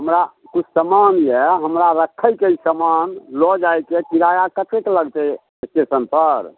हमरा किछु समान अइ हमरा रखैके अइ समान लऽ जाइके किराआ कतेक लगतै एस्टेशनपर